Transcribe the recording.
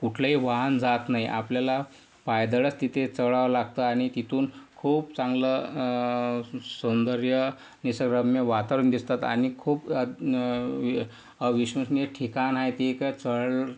कुठलंही वाहन जात नाही आपल्याला पायदळच तिथे चढावं लागतं आणि तिथून खूप चांगलं सौंदर्य निसर्गरम्य वातावरण दिसतात आणि खूप अविश्वसनीय ठिकाण आहे तिक चढ